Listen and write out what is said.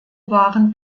waren